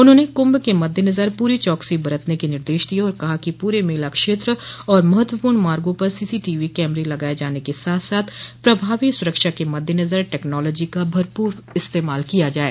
उन्होंने कुंभ के मद्देनजर पूरी चौकसी बरतने क निर्देश दिये और कहा कि पूरे मेला क्षेत्र और महत्वपूर्ण मार्गो पर सीसी टीवी कैमरे लगाये जाने के साथ साथ प्रभावी सुरक्षा के मद्देनजर टेक्नोलॉजो का भरपूर इस्तेमाल किया जाये